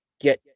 Get